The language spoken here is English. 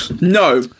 No